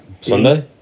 Sunday